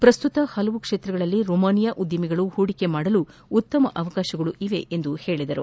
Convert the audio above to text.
ಪ್ರಸ್ತುತ ಹಲವು ಕ್ಷೇತ್ರಗಳಲ್ಲಿ ರೊಮೇನಿಯಾ ಉದ್ಯಮಿಗಳು ಹೂಡಿಕೆ ಮಾಡಲು ಉತ್ತಮ ಅವಕಾಶವಿದೆ ಎಂದಿದ್ದಾರೆ